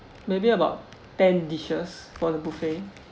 maybe about ten dishes for the buffet